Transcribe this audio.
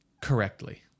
correctly